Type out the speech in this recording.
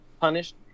punished